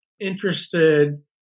interested